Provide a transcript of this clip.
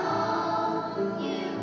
oh yeah